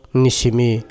nishimi